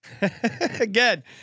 again